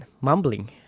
mumbling